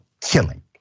killing